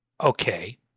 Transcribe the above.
Okay